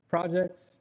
Projects